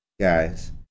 guys